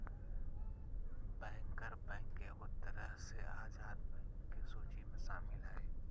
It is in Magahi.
बैंकर बैंक एगो तरह से आजाद बैंक के सूची मे शामिल हय